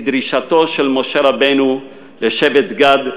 את דרישתו של משה רבנו משבט גד,